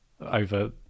over